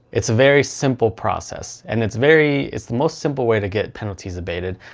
it's a very simple process, and it's very, it's the most simple way to get penalties abated,